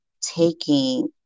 taking